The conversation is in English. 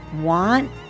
want